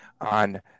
on